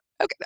okay